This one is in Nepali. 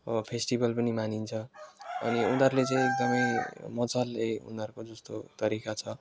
फेस्टिभल पनि मानिन्छ अनि उनीहरूले चाहिँ एकदमै मजाले उनीहरूको जस्तो तरिका छ